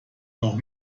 noch